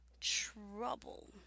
trouble